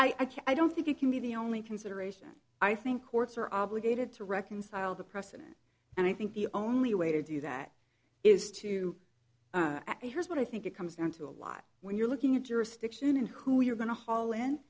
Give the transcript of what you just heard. i don't think it can be the only consideration i think courts are obligated to reconcile the precedent and i think the only way to do that is to here's what i think it comes down to a lot when you're looking at jurisdiction and who you're going to haul